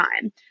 time